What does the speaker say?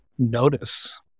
notice